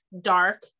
dark